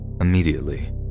immediately